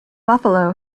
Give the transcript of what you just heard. buffalo